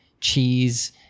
cheese